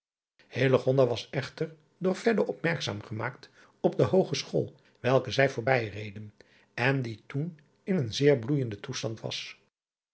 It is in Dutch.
was echter door opmerkzaam gemaakt op de oogeschool welke zij voorbijreden en die toen in een zeer bloeijenden toestand was